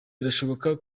birashoboka